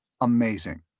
amazing